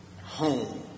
Home